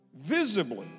visibly